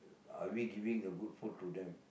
are we giving the good food to them